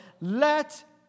let